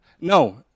No